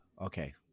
okay